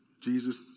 Jesus